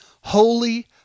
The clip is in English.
holy